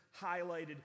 highlighted